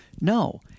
No